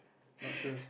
not sure